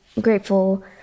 grateful